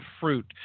fruit